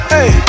Hey